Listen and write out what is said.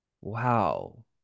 wow